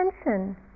attention